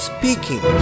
Speaking